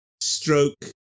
stroke